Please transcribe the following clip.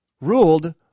ruled